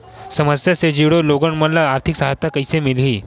समस्या ले जुड़े लोगन मन ल आर्थिक सहायता कइसे मिलही?